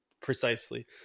Precisely